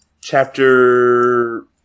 chapter